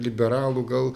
liberalų gal